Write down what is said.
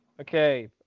Okay